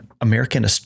American